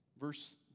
Verse